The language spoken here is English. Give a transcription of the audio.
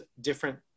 different